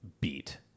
beat